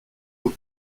aux